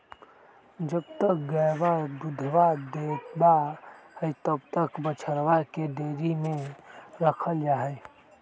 जब तक गयवा दूधवा देवा हई तब तक बछड़वन के डेयरी में रखल जाहई